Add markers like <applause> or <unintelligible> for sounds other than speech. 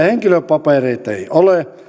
<unintelligible> henkilöpapereita ei ole